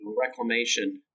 reclamation